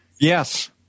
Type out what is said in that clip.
Yes